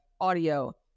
audio